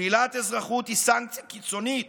שלילת אזרחות היא סנקציה קיצונית